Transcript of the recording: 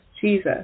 Jesus